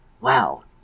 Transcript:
Wow